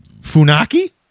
Funaki